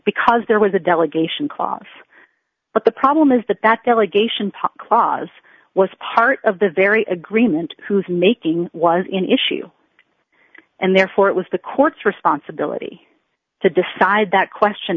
because there was a delegation clause but the problem is that that delegation part clause was part of the very agreement whose making was in issue and therefore it was the court's responsibility to decide that question